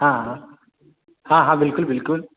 हँ हँ हँ बिलकुल बिलकुल